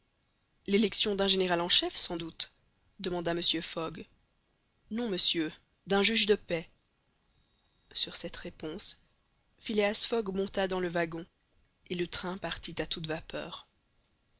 l'élection d'un général en chef sans doute demanda mr fogg non monsieur d'un juge de paix sur cette réponse phileas fogg monta dans le wagon et le train partit à toute vapeur